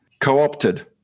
co-opted